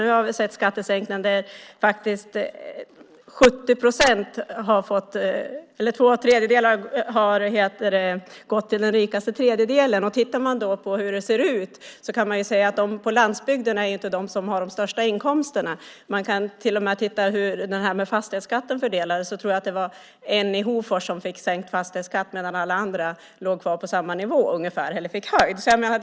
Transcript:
Nu har vi sett att två tredjedelar av skattesänkningarna har gått till den rikaste tredjedelen. Tittar man då på hur det ser ut kan man säga att de på landsbygden inte är de som har de största inkomsterna. Man kan till och med titta på hur fastighetsskatten fördelades. Jag tror att det var en person i Hofors som fick sänkt fastighetsskatt medan alla andra låg kvar på ungefär samma nivå eller fick höjd fastighetsskatt.